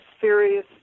serious